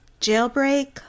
jailbreak